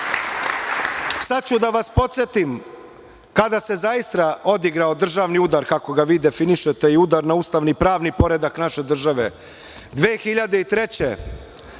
vam reći, da vas podsetim kada se zaista odigrao državni udar kako ga vi definišete i udar na ustavni i pravni poredak naše države.